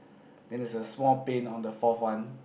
then there's a small paint on the fourth one